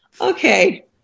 Okay